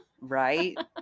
Right